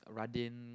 Radin